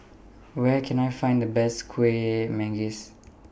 Where Can I Find The Best Kuih Manggis